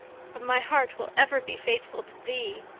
but my heart will ever be faithful to thee.